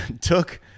took